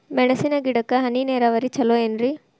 ಮೆಣಸಿನ ಗಿಡಕ್ಕ ಹನಿ ನೇರಾವರಿ ಛಲೋ ಏನ್ರಿ?